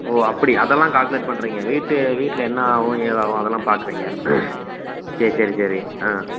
ஓ அப்படி அதெல்லாம் கால்குலேட் பண்ணுறீங்க வீட்டு வீட்டில் என்ன ஆகும் ஏதாகும் அதெல்லாம் பார்க்குறீங்க சரி சரி சரி ஆ